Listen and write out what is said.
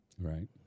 right